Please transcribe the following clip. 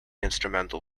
instrumental